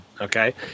okay